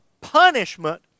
punishment